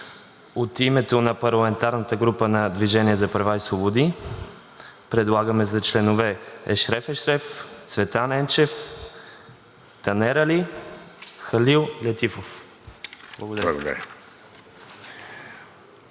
От името на парламентарната група на „Движение за права и свободи“ предлагам за членове на Комисията Ешереф Ешереф, Цветан Енчев, Танер Али и Халил Летифов. Благодаря.